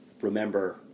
remember